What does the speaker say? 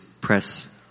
press